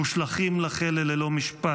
מושלחים לכלא ללא משפט,